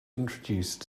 introduce